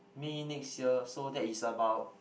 May next year so that is about